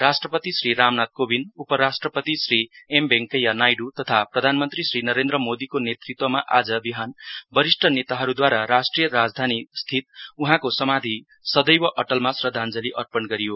राष्ट्रपति श्री रामनाथ कोविन्द उपराष्ट्रपति श्री एम भेङकैया नाइडु तथा प्रधानमन्त्री श्री नरेन्द्र मोदीको नेतृत्वमा आज विहान वरिष्ठ नेताहरुदूवारा राष्ट्रिय राजधानी स्थित उहाँको समाधी सदैव अटलमा श्रद्धाञ्जली अर्पण गरियो